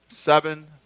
Seven